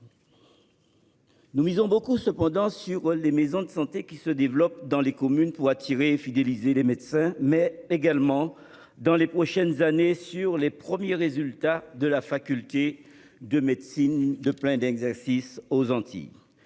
nous misons beaucoup sur les maisons de santé qui se développent dans les communes pour attirer et fidéliser les médecins, et également, dans les prochaines années, sur les premiers résultats de la faculté de médecine de plein exercice aux Antilles.